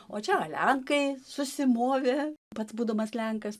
o čia lenkai susimovė pats būdamas lenkas